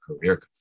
career